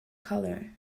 color